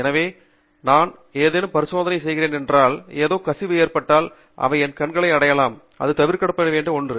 எனவே நான் ஏதேனும் பரிசோதனைகள் செய்கிறேன் என்றால் ஏதோ கசிவு ஏற்பட்டால் அவை என் கண்களை அடையலாம் அது தவிர்க்கப்பட வேண்டிய ஒன்று